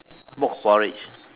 pork porridge